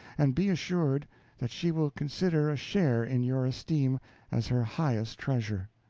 and be assured that she will consider a share in your esteem as her highest treasure.